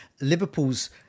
Liverpool's